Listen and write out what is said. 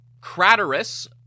Craterus